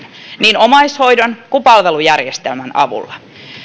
niin omaishoidon kuin palvelujärjestelmän avulla